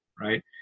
right